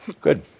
Good